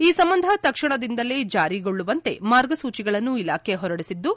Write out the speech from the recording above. ಈ ಸಂಬಂಧ ತಕ್ಷಣದಿಂದಲೇ ಜಾರಿಗೊಳ್ಳುವಂತೆ ಮಾರ್ಗಸೂಚಿಗಳನ್ನು ಇಲಾಖೆ ಹೊರಡಿಸಿದ್ದು